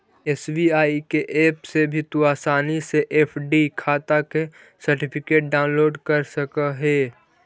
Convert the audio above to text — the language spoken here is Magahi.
एस.बी.आई के ऐप से भी तू आसानी से एफ.डी खाटा के सर्टिफिकेट डाउनलोड कर सकऽ हे